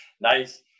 Nice